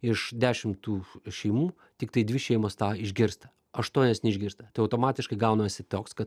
iš dešim tų šeimų tiktai dvi šeimos tą išgirsta aštuonios neišgirsta tai automatiškai gaunasi tioks kad